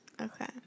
Okay